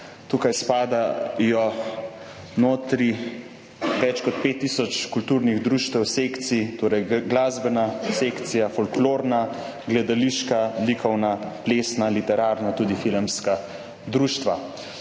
noter spada več kot 5 tisoč kulturnih društev, sekcij, torej glasbena sekcija, folklorna, gledališka, likovna, plesna, literarna, tudi filmska društva.